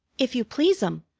if you please'm,